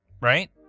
Right